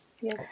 yes